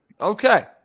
Okay